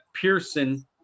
Pearson